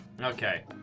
Okay